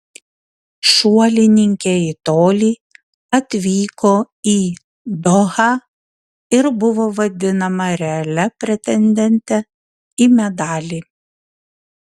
šuolininkė į tolį atvyko į dohą ir buvo vadinama realia pretendente į medalį